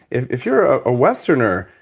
if if you're a westerner,